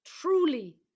truly